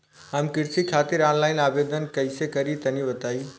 हम कृषि खातिर आनलाइन आवेदन कइसे करि तनि बताई?